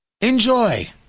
Enjoy